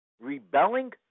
rebelling